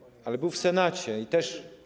Ale był w Senacie i też.